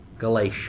Galatia